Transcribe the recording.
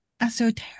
esoteric